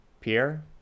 Pierre